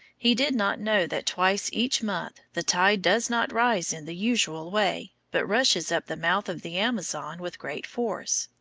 he did not know that twice each month the tide does not rise in the usual way, but rushes up the mouth of the amazon with great force.